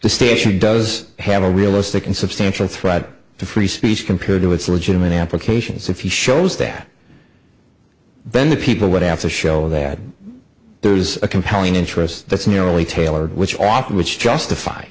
the station does have a realistic and substantial threat to free speech compared with the original many applications a few shows that then the people would have to show that there's a compelling interest that's nearly tailored which often which justif